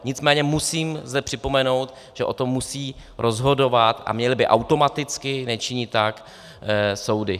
Nicméně musím zde připomenout, že o tom musí rozhodovat a měly by automaticky, nečiní tak soudy.